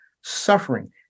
suffering